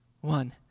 one